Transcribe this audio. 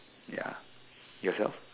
ya yourself